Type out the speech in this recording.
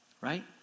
right